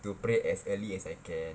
to pray as early as I can